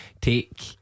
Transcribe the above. Take